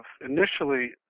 initially